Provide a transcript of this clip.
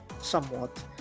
somewhat